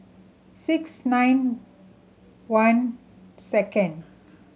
six nine one second